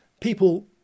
people